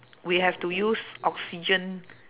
we have to use oxygen